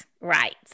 right